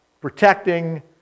protecting